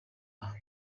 aho